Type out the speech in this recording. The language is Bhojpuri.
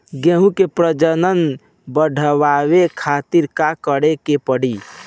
गेहूं के प्रजनन बढ़ावे खातिर का करे के पड़ी?